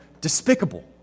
despicable